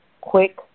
Quick